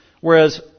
Whereas